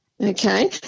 okay